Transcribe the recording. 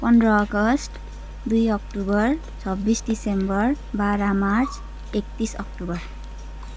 पन्ध्र अगस्त दुई अक्टोबर छब्बिस डिसेम्बर बाह्र मार्च एकतिस अक्टोबर